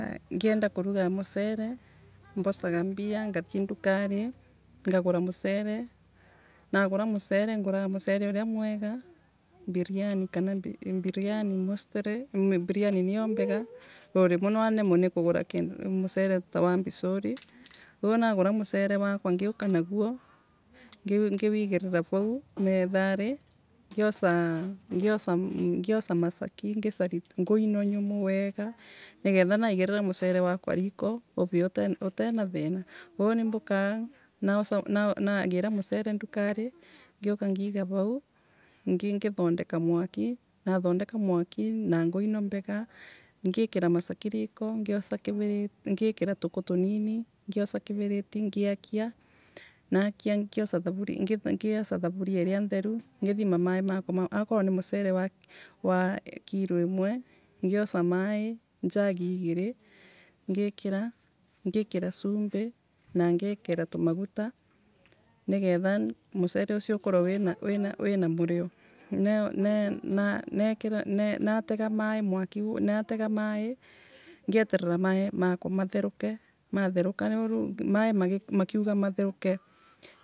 Ngienda kuruga mucere mbocaga mbia nginathie ndukari ngagura mucere. Naguramucere nguraga mucere uria mwega mbiryani kanambiryani mostly mbiryani niyo mbega no rimwe na nemue ni kugura mucere tawa mbicuri koguo nagura mucere wakwa ngiuka naguongiwigirira vau mathari, ngioca macaki ngicaria ngu ino nyumu weega nigetha naigirira mucere wakwa riko uvie utaina thina. Koguo ni mbukaga nagira mucere ndukari ngiuka ngiga vau ngithondeka mwaki. Nathondeka mwaki na nguu ino mbega, ngikira macaki riko ngioco kiririti ngikira tuku tunini, ngioca kiviriti ngiakia, nakia, ngioca thavuria iria ritheru. akorwa ni mucere wa kilo imwe ngioca maii njagi igiiri ngikira, ngikira cumbi na ngikira tumaguta nigetha mucere ucio ukorwe wina maria. Na natega maii ngieterera maii makwa matheruke imatheruka riu maii makiuga matheruke